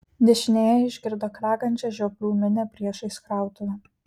dešinėje išgirdo klegančią žioplių minią priešais krautuvę